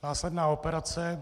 Následná operace.